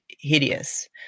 hideous